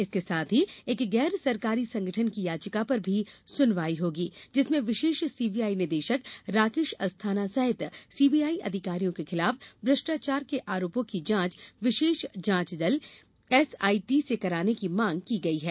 इसके साथ ही एक गैर सरकारी संगठन की याचिका पर भी सुनवाई होगी जिसमें विशेष सीबीआई निदेशक राकेश अस्थाना सहित सीबीआई अधिकारियों के खिलाफ भ्रष्टाचार के आरोपों की जांच विशेष जांच दल एसआईटी से कराने की मांग की गयी है